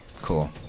Cool